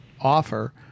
offer